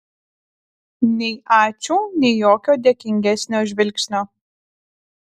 nei ačiū nei jokio dėkingesnio žvilgsnio